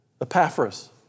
Epaphras